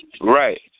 Right